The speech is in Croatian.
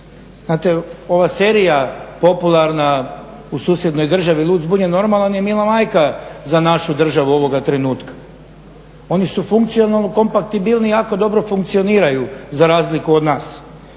Znate, ova serija popularna u susjednoj državi "Lud zbunjen normalan" je mila majka za našu državu ovoga trenutka. Oni su funkcionalno kompatibilni i jako dobro funkcioniraju za razliku od nas.